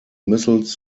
missiles